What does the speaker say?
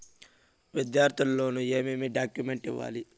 విద్యార్థులు లోను ఏమేమి డాక్యుమెంట్లు ఇవ్వాలి?